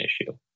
issue